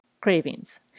cravings